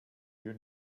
you